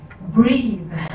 Breathe